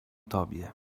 tobie